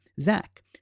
Zach